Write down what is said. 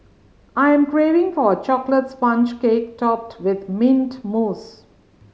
I am craving for a chocolate sponge cake topped with mint mousse